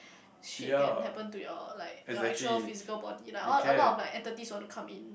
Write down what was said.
shit can happen to your like your actual physical body lah orh a lot of like entities would want to come in